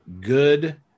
good